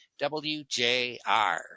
WJR